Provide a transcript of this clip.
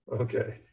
Okay